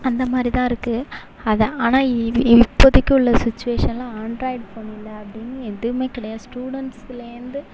அந்த மாதிரிதான் இருக்கு அது ஆனால் இப்போதைக்கு உள்ள சிச்வேஷன்ல ஆண்ட்ராய்ட் ஃபோனில் அப்படின்னு எதுவுமே கிடையாது ஸ்டூடெண்ட்ஸ்லேருந்து